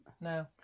No